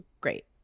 Great